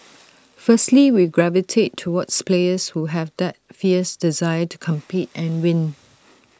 firstly we gravitate towards players who have that fierce desire to compete and win